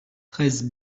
treize